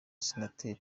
senateri